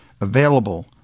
available